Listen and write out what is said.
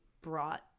brought